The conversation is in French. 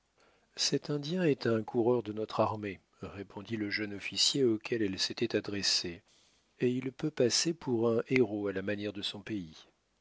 cet indien est un coureur de notre armée répondit le jeune officier auquel elle s'était adressée et il peut passer pour un héros à la manière de son pays